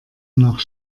nach